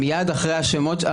מייד אחרי השמות,